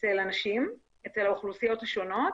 אצל האוכלוסיות השונות,